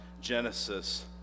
Genesis